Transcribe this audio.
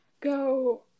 go